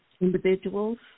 individuals